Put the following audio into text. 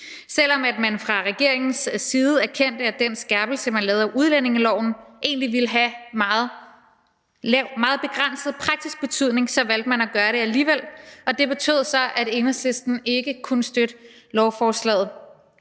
Selv om man fra regeringens side erkendte, at den skærpelse, man lavede af udlændingeloven, egentlig ville have meget begrænset praktisk betydning, så valgte man at gøre det alligevel, og det betød så, at Enhedslisten ikke kunne støtte lovforslaget